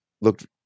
looked